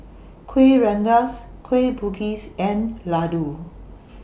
Kueh Rengas Kueh Bugis and Laddu